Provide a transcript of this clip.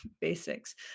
basics